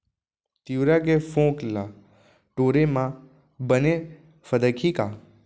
तिंवरा के फोंक ल टोरे म बने फदकही का?